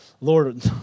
Lord